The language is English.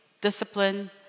discipline